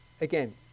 again